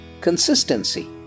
Consistency